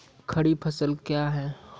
खरीफ फसल क्या हैं?